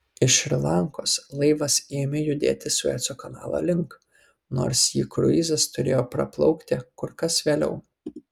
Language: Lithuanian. iš šri lankos laivas ėmė judėti sueco kanalo link nors jį kruizas turėjo praplaukti kur kas vėliau